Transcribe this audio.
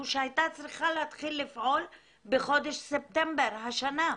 שהייתה צריכה להתחיל לפעול בחודש ספטמבר השנה.